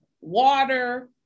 water